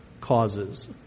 causes